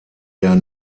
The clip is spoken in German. der